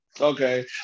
Okay